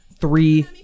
three